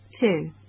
Two